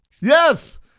yes